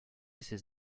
ses